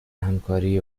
همکاری